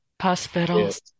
Hospitals